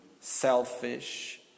selfish